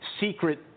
secret